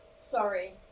sorry